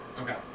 Okay